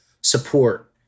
support